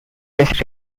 his